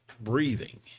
breathing